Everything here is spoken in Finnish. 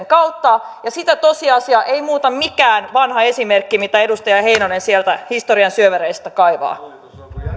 kautta ja sitä tosiasiaa ei muuta mikään vanha esimerkki mitä edustaja heinonen sieltä historian syövereistä kaivaa